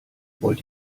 wollt